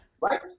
right